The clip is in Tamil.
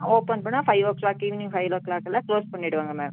ஓப்பன் பண்ணால் five o'clock evening five ஓ கிளாக்கெல்லாம் க்ளோஸ் பண்ணிடுவாங்க மேம்